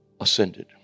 ascended